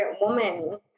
woman